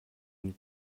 une